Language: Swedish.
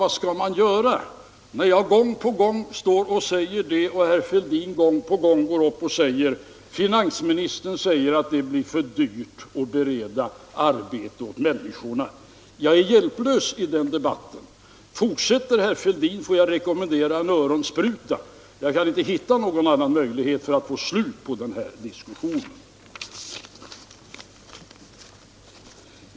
Vad skall man göra när jag gång på gång går upp och säger detta och herr Fälldin gång på gång påstår: Finansministern säger att det blir för dyrt att bereda arbete åt människorna. Jag är hjälplös i den debatten. Fortsätter herr Fälldin, får jag rekommendera honom en öronspruta — jag kan inte hitta någon annan möjlighet för att få slut på den här diskussionen.